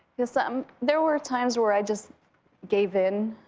yes, ah um there were times where i just gave in.